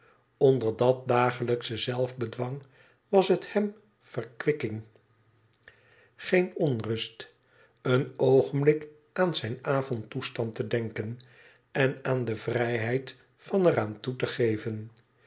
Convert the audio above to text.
onder dat dagelijksche zelfbedwang was het hem verkwikking geen onrust een oogenblik aan zijn avond toestand te denken en aan de vrijheid van er aan toe te geven